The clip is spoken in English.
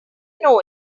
know